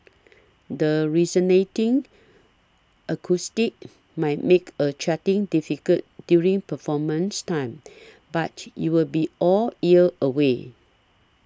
the resonating acoustics might make a chatting difficult during performance time but you will be all ears anyway